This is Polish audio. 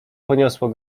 poniosło